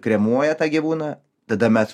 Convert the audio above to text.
kremuoja tą gyvūną tada mes